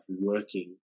working